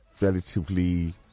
relatively